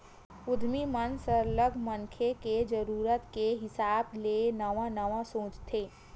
उद्यमी मन सरलग मनखे के जरूरत के हिसाब ले नवा नवा सोचथे